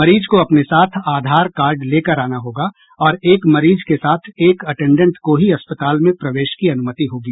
मरीज को अपने साथ आधार कार्ड लेकर आना होगा और एक मरीज के साथ एक अटेंडेंट को ही अस्पताल में प्रवेश की अनुमति होगी